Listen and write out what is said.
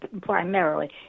primarily